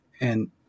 and-